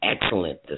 Excellent